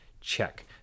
check